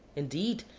indeed,